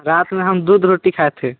रात में हम दूध रोटी खाएं थे